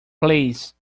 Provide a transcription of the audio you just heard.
please